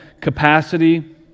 capacity